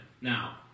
Now